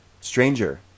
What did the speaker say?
Stranger